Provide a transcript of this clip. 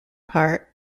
part